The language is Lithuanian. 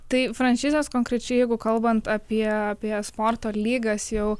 tai franšizės konkrečiai jeigu kalbant apie apie esporto lygas jau